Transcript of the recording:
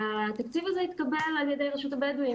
התקציב הזה התקבל על ידי רשות הבדואים